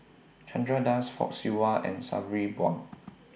Chandra Das Fock Siew Wah and Sabri Buang